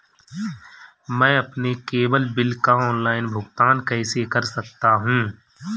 मैं अपने cable bill का ऑनलाइन भुगतान कैसे कर सकता हूं?